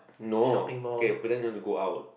no okay but then you wanna go out